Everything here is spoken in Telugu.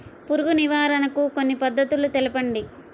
పురుగు నివారణకు కొన్ని పద్ధతులు తెలుపండి?